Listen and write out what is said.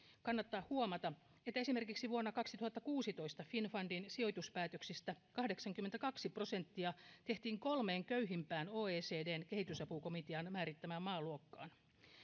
kannattaa huomata että esimerkiksi vuonna kaksituhattakuusitoista finnfundin sijoituspäätöksistä kahdeksankymmentäkaksi prosenttia tehtiin kolmeen köyhimpään oecdn kehitysapukomitean määrittämään maaluokkaan